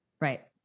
Right